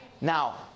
now